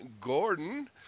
gordon